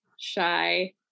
shy